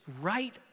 right